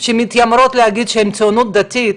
שמתיימרות להגיד שהן ציונות דתית,